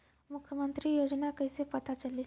मुख्यमंत्री योजना कइसे पता चली?